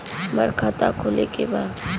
हमार खाता खोले के बा?